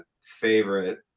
favorite